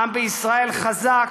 העם בישראל חזק,